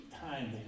time